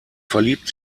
verliebt